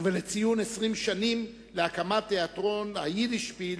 ולציון 20 שנה להקמת תיאטרון "יידישפיל"